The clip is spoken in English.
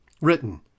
written